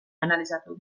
banalizatu